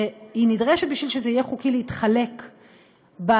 היא נדרשת בשביל שיהיה חוקי להתחלק בנסיעה,